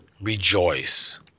rejoice